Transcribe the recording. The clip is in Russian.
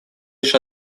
лишь